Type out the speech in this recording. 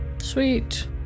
Sweet